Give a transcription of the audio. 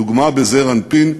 דוגמה בזעיר אנפין,